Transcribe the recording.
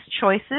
choices